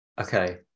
okay